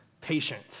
patient